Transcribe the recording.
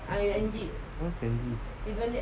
where